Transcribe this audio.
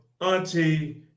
auntie